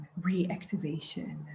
reactivation